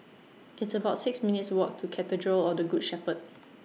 It's about six minutes' Walk to Cathedral of The Good Shepherd